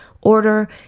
order